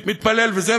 מתפלל וזה,